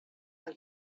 like